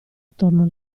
attorno